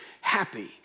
happy